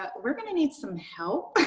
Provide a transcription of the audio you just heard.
ah we're going to need some help.